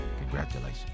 congratulations